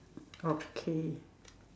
okay